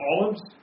olives